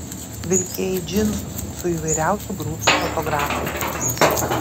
vilkėjai džinsus su įvairiausių grupių autografais